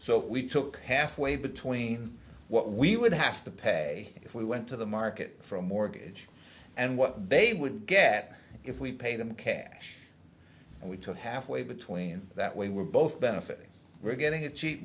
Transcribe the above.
so we took half way between what we would have to pay if we went to the market for a mortgage and what they would get if we paid in cash and we took halfway between that we were both benefiting we're getting a cheap